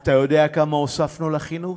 אתה יודע כמה הוספנו לחינוך?